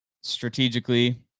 strategically